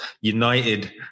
United